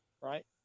right